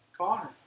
Connor